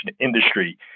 industry